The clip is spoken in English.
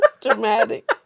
Dramatic